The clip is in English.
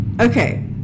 Okay